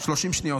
30 שניות,